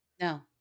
no